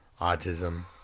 autism